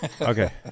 Okay